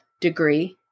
degree